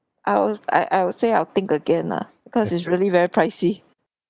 I'll I I would say I'll think again lah because it's really very pricey